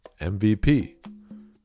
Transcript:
MVP